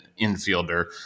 infielder